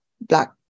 black